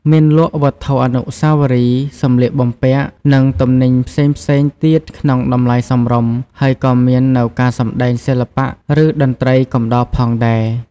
មានលក់វត្ថុអនុស្សាវរីយ៍ សម្លៀកបំពាក់ និងទំនិញផ្សេងៗទៀតក្នុងតម្លៃសមរម្យ ហើយក៏មាននូវការសម្ដែងសិល្បៈ ឬតន្ត្រីកំដរផងដែរ ។